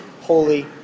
holy